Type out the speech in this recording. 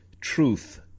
truth